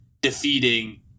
defeating